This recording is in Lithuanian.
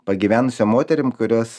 pagyvenusia moterim kurios